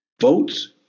votes